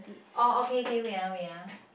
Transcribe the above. oh okay okay wait ah wait ah